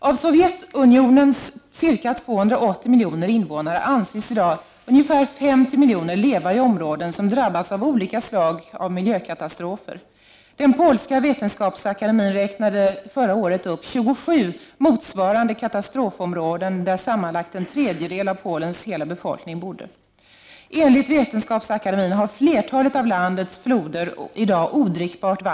Av Sovjetunionens ca 280 miljoner invånare anses i dag ca 50 miljoner leva i områden som har drabbats av olika typer av miljökatastrofer. Den polska vetenskapsakademin räknade 1988 upp 27 motsvarande katastrofområden, där sammanlagt en tredjedel av Polens hela befolkning bodde. Enligt veten skapsakademin har flertalet av landets floder i dag odrickbart vatten. De Prot.